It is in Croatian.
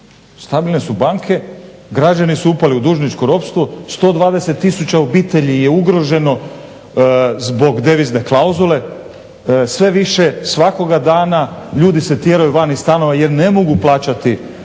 Stabilne su banke, građani su upali u dužničko ropstvo, 120 tisuća obitelji je ugroženo zbog devizne klauzule, sve više svakoga dana ljudi se tjeraju van iz stanova jer ne mogu plaćati